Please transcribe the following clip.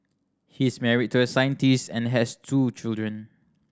he is married to a scientist and has two children